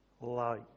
light